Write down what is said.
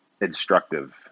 instructive